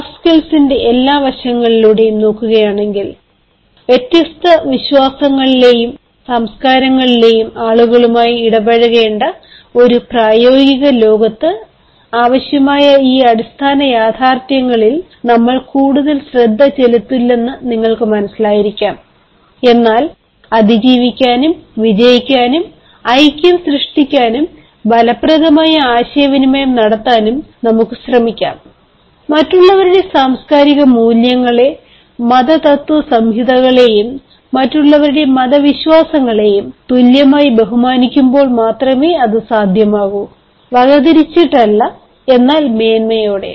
soft സ്കിൽസിന്റെ എല്ലാ വശങ്ങളിലൂടെയും നോക്കുകയാണെങ്കിൽ വ്യത്യസ്ത വിശ്വാസങ്ങളിലെയും സംസ്കാരങ്ങളിലെയും ആളുകളുമായി ഇടപഴകേണ്ട ഒരു പ്രായോഗിക ലോകത്ത് ആവശ്യമായ ഈ അടിസ്ഥാന യാഥാർത്ഥ്യങ്ങളിൽ നമ്മൾ കൂടുതൽ ശ്രദ്ധ ചെലുത്തുന്നില്ലെന്ന് നിങ്ങൾ മനസ്സിലാക്കിയിരിക്കാം എന്നാൽ അതിജീവിക്കാനും വിജയിക്കാനും ഐക്യം സൃഷ്ടിക്കാനും ഫലപ്രദമായി ആശയവിനിമയം നടത്താൻ നമുക്ക് ശ്രമിക്കാം മറ്റുള്ളവരുടെ സാംസ്കാരിക മൂല്യങ്ങളെ മതതത്ത്വസംഹിതകളെയും മറ്റുള്ളവരുടെ മതവിശ്വാസങ്ങളെയും തുല്യമായി ബഹുമാനിക്കുമ്പോൾ മാത്രമേ അത് സാധ്യമാകൂ വകതിരിച്ചിട്ടല്ല എന്നാൽ മേന്മയോടെ